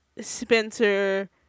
Spencer